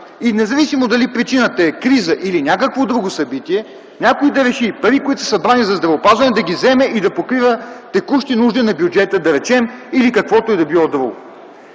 и независимо дали причината е криза, или някакво друго събитие, някой да реши, пари, които са събрани за здравеопазване да ги вземе и да покрива текущи нужди на бюджета, да речем, или каквото и да било друго.